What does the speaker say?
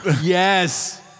Yes